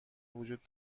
وجود